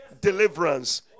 deliverance